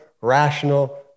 rational